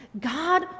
God